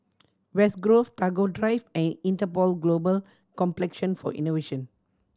West Grove Tagore Drive and Interpol Global Complexion for Innovation